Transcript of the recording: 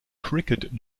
cricket